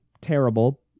terrible